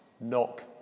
Knock